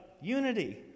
unity